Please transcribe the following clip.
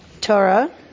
Torah